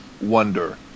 wonder